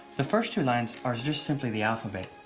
the first two lines are just simply the alphabet.